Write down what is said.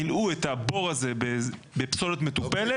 מילאו את הבור הזה בפסולת מטופלת.